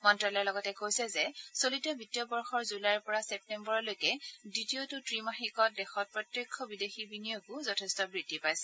মন্ত্যালয়ে লগতে কৈছে যে চলিত বিত্তীয় বৰ্যৰ জুলাইৰ পৰা ছেপ্তেম্বৰলৈকে দ্বিতীয়টো ত্ৰিমাসিকত দেশত প্ৰত্যক্ষ বিদেশী বিনিয়োগো যথেষ্ট বৃদ্ধি পাইছে